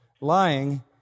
lying